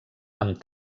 amb